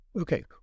okay